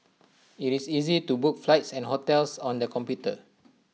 IT is easy to book flights and hotels on the computer